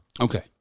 Okay